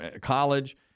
College